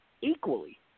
equally